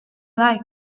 like